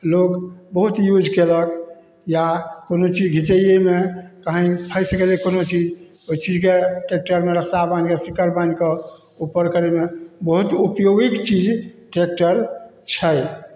लोक बहुत यूज कएलक या कोनो चीज घिचैएमे कहीँ फसि गेलै कोनो चीज ओहि चीजके ट्रैकटरमे रस्सा बान्हिकऽ सिक्कड़ि बान्हिके उपर करैमे बहुत उपयोगी चीज ट्रैकटर छै